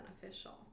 beneficial